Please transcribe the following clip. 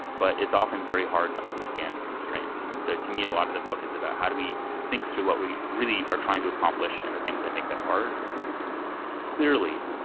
but it's often very hard to understand the constraints. and so, to me, a lot of the book is about how do we think through what we really are trying to accomplish and the things that make that hard clearly,